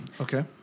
Okay